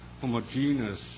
homogeneous